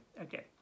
Okay